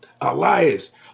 Elias